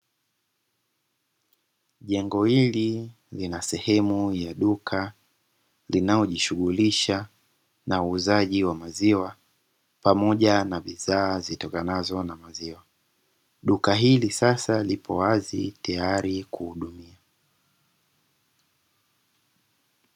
Jengo hili lina sehemu ya duka linalojishughulisha na uuzaji wa maziwa pamoja na bidhaa zitokanazo na maziwa. Duka hili sasa lipo wazi tayari kuhudumia.